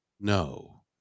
no